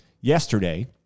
Yesterday